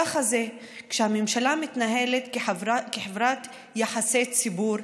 ככה זה כשהממשלה מתנהלת כחברת יחסי ציבור,